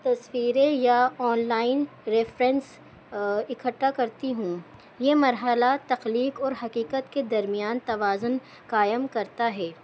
تصویریں یا online reference اکھٹا کرتی ہوں یہ مرحلہ تخلیق اور حقیقت کے درمیان توازن قائم کرتا ہے